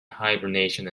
hibernation